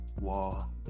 wall